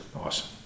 Awesome